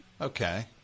Okay